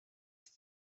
ist